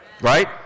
Right